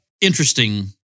interesting